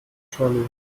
scholli